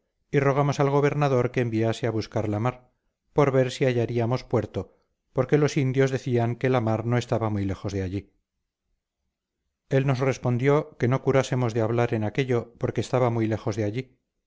y rogamos al gobernador que enviase a buscar la mar por ver si hallaríamos puerto porque los indios decían que la mar no estaba muy lejos de allí él nos respondió que no curásemos de hablar en aquello porque estaba muy lejos de allí